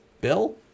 bill